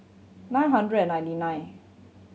nine hundred and ninety nine